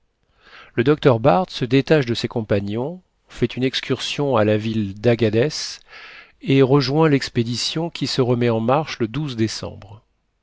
le docteur barth se détache de ses compagnons fait une excursion à la ville d'agbadès et rejoint l'expédition qui se remet en marche le décembre